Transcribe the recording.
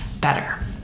better